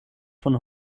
von